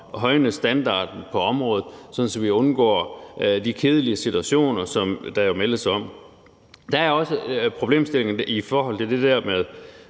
højne standarden på området, sådan at vi undgår de kedelige situationer, som der jo meldes om. Der er også problemstillingen i forhold til situationen,